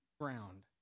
ground